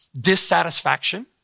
dissatisfaction